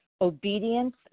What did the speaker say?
Obedience